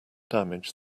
damage